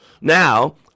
Now